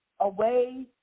away